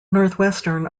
northwestern